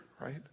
right